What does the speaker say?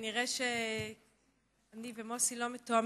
כנראה שאני ומוסי לא מתואמים,